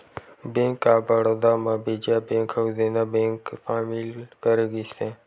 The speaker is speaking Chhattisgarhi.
बेंक ऑफ बड़ौदा म विजया बेंक अउ देना बेंक ल सामिल करे गिस हे